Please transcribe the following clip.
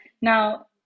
Now